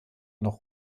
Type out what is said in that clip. noch